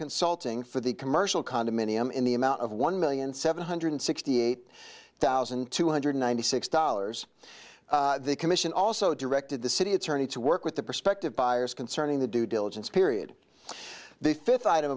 consulting for the commercial condominium in the amount of one million seven hundred sixty eight thousand two hundred ninety six dollars the commission also directed the city attorney to work with the prospective buyers concerning the due diligence period the fifth item